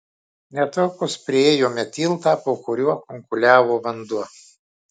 netrukus priėjome tiltą po kuriuo kunkuliavo vanduo